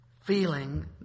feeling